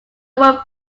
word